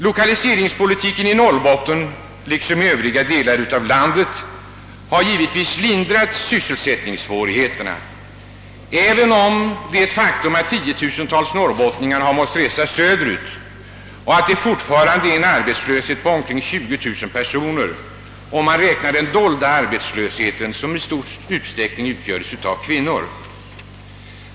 Lokaliseringspolitiken i Norrbotten liksom i övriga delar av landet har givetvis lindrat sysselsättningssvårigheterna, även om det är ett faktum att 10 000-tals norrbottningar har måst resa söderut och att det fortfarande är en arbetslöshet på omkring 20000 personer, om man här inräknar den dolda arbetslösheten som i stor utsträckning utgöres av kvinnor.